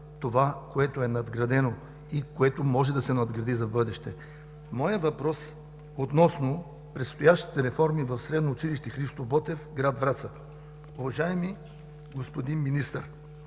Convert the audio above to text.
това, което е надградено и което може да се надгради за в бъдеще. Моят въпрос е относно предстоящите реформи в Средно училище „Христо Ботев“ – град Враца. Уважаеми господин Министър,